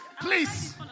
Please